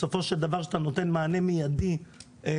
בסופו של דבר כשאתה נותן מענה מיידי לתופעה,